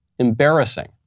Embarrassing